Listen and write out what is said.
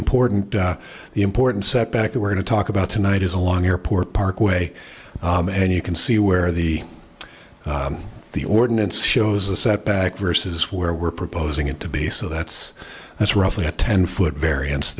important the important setback that we're going to talk about tonight is along airport parkway and you can see where the the ordinance shows a setback versus where we're proposing it to be so that's that's roughly a ten foot varian